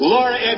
Laura